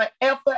forever